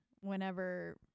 whenever